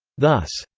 thus,